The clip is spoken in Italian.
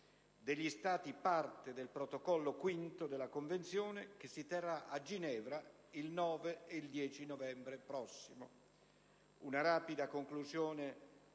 degli Stati parte del Protocollo V della Convenzione che si terrà a Ginevra il 9 e il 10 novembre prossimi.